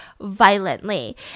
violently